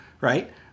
right